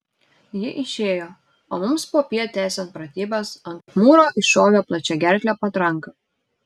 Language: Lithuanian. ji išėjo o mums popiet tęsiant pratybas ant mūro iššovė plačiagerklė patranka